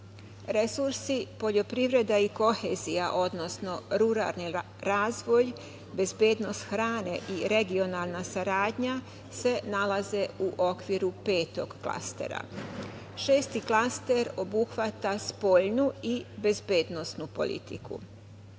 poljoprivreda i kohezija, odnosno ruralni razvoj, bezbednost hrane i regionalna saradnja se nalaze u okviru petog klastera. Šesti klaster obuhvata spoljnu i bezbednosnu politiku. Izveštaj